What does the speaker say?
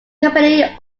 company